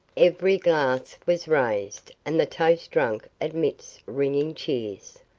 every glass was raised and the toast drunk amidst ringing cheers.